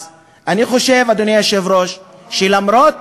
אז אני חושב, אדוני היושב-ראש, שלמרות,